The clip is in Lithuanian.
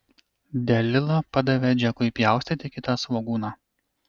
delila padavė džekui pjaustyti kitą svogūną